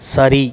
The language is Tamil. சரி